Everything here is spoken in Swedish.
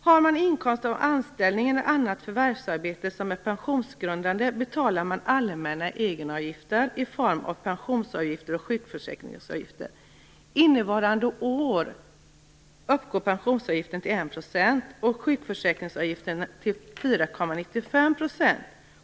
Har man inkomst av anställning eller annat förvärvsarbete som är pensionsgrundande betalar man allmänna egenavgifter i form av pensionsavgifter och sjukförsäkringsavgifter. Innevarande år uppgår pensionsavgiften till 1 % och sjukförsäkringsavgiften till 5,95 %.